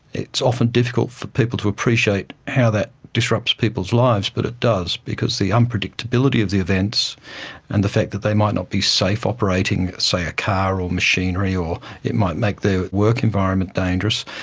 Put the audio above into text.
it's often difficult for people to appreciate how that disrupts people's lives but it does because the unpredictability of the events and the fact that they might not be safe operating, say, a car or machinery or it might make their work environment dangerous,